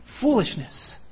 foolishness